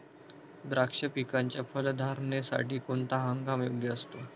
द्राक्ष पिकाच्या फलधारणेसाठी कोणता हंगाम योग्य असतो?